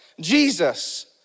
Jesus